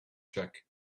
check